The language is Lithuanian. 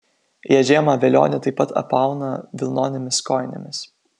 jie žiemą velionį taip pat apauna vilnonėmis kojinėmis